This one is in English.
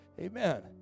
Amen